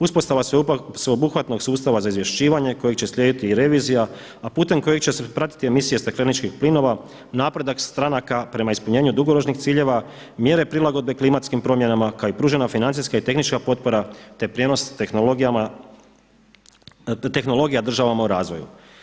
Uspostava sveobuhvatnog sustava za izvješćivanje kojeg će slijediti i revizija, a putem kojeg će se pratiti emisija stakleničkih plinova, napredak stranaka prema ispunjenju dugoročnih ciljeva, mjere prilagodbe klimatskim promjenama kao i pružena financijska i tehnička potpora, te prijenos tehnologija državama u razvoju.